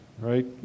right